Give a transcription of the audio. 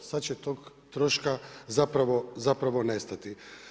Sada će tog troška zapravo nestati.